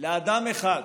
לאדם אחד,